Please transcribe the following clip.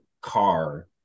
car